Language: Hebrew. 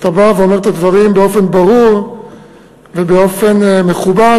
אתה בא ואומר את הדברים באופן ברור ובאופן מכובד.